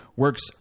works